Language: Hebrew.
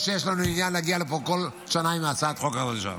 לא שיש לנו עניין להגיע לפה כל שנה עם הצעת החוק הזאת.